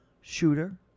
shooter